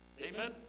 Amen